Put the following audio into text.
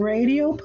Radio